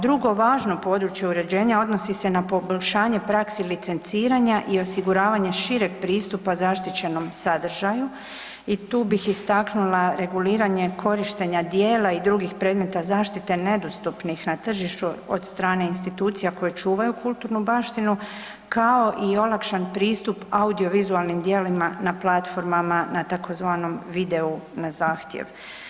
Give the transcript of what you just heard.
Drugo važno područje uređenja odnosi se na poboljšanje praksi licenciranja i osiguravanje šireg pristupa zaštićenom sadržaju i tu bih istaknula reguliranje korištenja dijela i drugih predmeta zaštite nedostupnih na tržištu od strane institucija koje čuvaju kulturnu baštinu, kao i olakšan pristup audiovizualnim dijelima na platformama na tzv. videu na zahtjev.